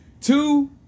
Two